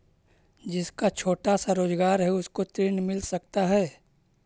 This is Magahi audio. जिसका छोटा सा रोजगार है उसको ऋण मिल सकता है?